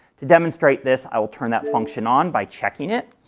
to demonstrate this, i will turn that function on by checking it,